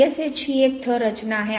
CSH ही एक थर रचना आहे